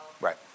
Right